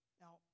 Now